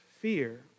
fear